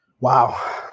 Wow